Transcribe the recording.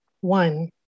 One